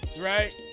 right